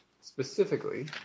specifically